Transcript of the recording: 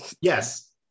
Yes